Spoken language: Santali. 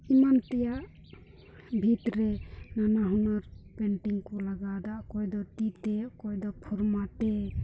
ᱮᱢᱟᱱ ᱛᱮᱭᱟᱜ ᱵᱷᱤᱛ ᱨᱮ ᱱᱟᱱᱟ ᱦᱩᱱᱟᱹᱨ ᱯᱮᱱᱴᱤᱝ ᱠᱚ ᱞᱟᱜᱟᱣᱫᱟ ᱚᱠᱚᱭ ᱫᱚ ᱛᱤ ᱛᱮ ᱚᱠᱚᱭ ᱫᱚ ᱯᱷᱟᱨᱢᱟᱛᱮ